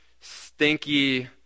stinky